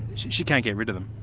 she can't get rid of them?